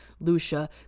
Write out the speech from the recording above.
Lucia